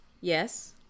Yes